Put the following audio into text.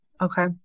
Okay